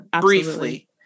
briefly